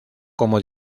como